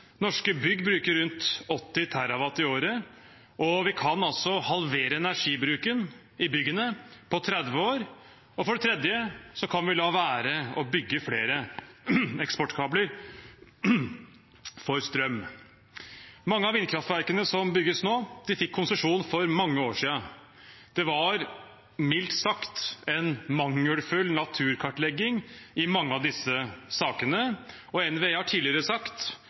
Norske bygg bruker rundt 80 TWh i året, og vi kan altså halvere energibruken i byggene på 30 år. Og for det tredje kan vi la være å bygge flere eksportkabler for strøm. Mange av vindkraftverkene som bygges nå, fikk konsesjon for mange år siden. Det var mildt sagt en mangelfull naturkartlegging i mange av disse sakene. NVE har tidligere